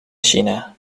china